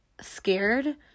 scared